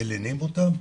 מלינים אותם.